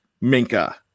Minka